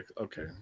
Okay